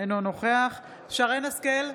אינו נוכח שרן מרים השכל,